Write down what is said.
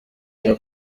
azira